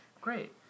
Great